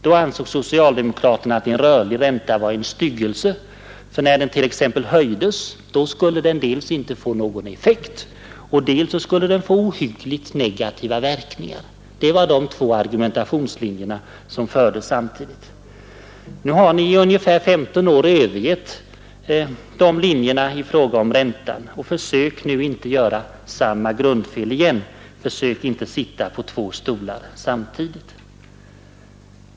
Då ansåg socialdemokraterna att en rörlig ränta var en styggelse, för när den t.ex. höjdes skulle den dels inte få någon effekt, dels få ohyggligt negativa verkningar. Det var de två argumentationslinjer som fördes samtidigt. Nu har ni sedan ungefär 15 år övergett de linjerna i fråga om räntan. Gör nu inte samma grundfel igen! Försök inte sitta på två stolar samtidigt!